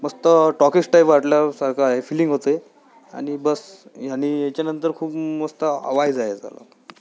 मस्त talkies type वाटल्यासारखं आहे फीलिंग होते आणि बस आणि याच्यानंतर खूप मस्त आवाज आहे याचा